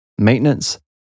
maintenance